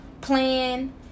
plan